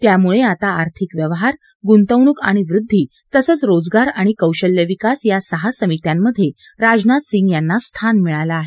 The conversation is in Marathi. त्यामुळे आता आर्थिक व्यवहार गुंतवणूक आणि वृद्धी तसंच रोजगार आणि कौशल्य विकास या सहा समित्यांमधे राजनाथ सिंग यांना स्थान मिळालं आहे